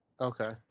Okay